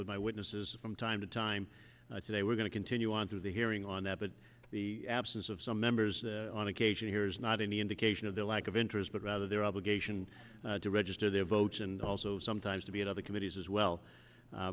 was my witnesses from time to time today we're going to continue on through the hearing on that but the absence of some members on occasion here is not any indication of their lack of interest but rather their obligation to register their votes and also sometimes to be at other committees as well